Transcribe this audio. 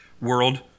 world